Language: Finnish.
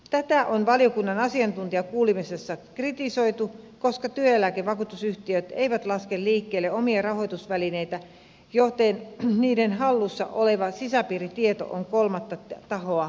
tätä on valiokunnan asiantuntijakuulemisessa kritisoitu koska työeläkevakuutusyhtiöt eivät laske liikkeelle omia rahoitusvälineitä joten niiden hallussa oleva sisäpiiritieto on kolmatta tahoa koskevaa tietoa